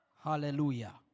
Hallelujah